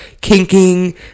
kinking